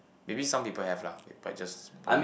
maybe some people have lah but just probably